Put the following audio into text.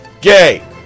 gay